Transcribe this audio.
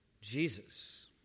Jesus